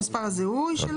מספר הזיהוי שלו.